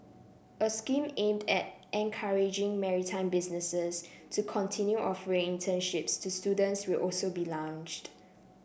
a scheme aimed at encouraging maritime businesses to continue offering internships to students will also be launched